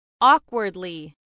Awkwardly